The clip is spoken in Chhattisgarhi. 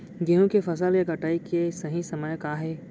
गेहूँ के फसल के कटाई के सही समय का हे?